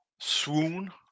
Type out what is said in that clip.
swoon